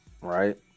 right